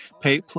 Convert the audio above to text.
pay